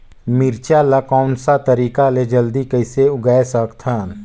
मिरचा ला कोन सा तरीका ले जल्दी कइसे उगाय सकथन?